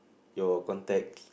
your contacts